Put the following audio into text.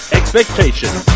expectations